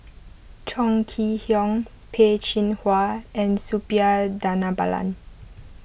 Chong Kee Hiong Peh Chin Hua and Suppiah Dhanabalan